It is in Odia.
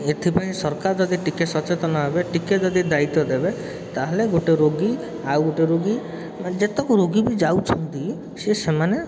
ଏଥିପାଇଁ ସରକାର ଯଦି ଟିକିଏ ସଚେତନ ହେବେ ଟିକିଏ ଯଦି ଦାୟିତ୍ୱ ଦେବେ ତାହେଲେ ଗୋଟେ ରୋଗୀ ଆଉ ଗୋଟେ ରୋଗୀ ଯେତେକ ରୋଗୀ ବି ଯାଉଛନ୍ତି ସେ ସେମାନେ